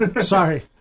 Sorry